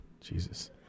Jesus